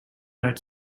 right